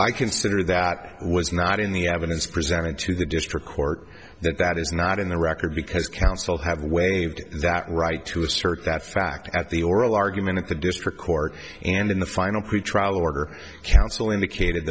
i consider that was not in the evidence presented to the district court that that is not in the record because counsel have waived that right to assert that fact at the oral argument at the district court and in the final pretrial order counsel indicated